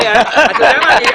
אני.